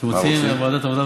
מה שהם רוצים.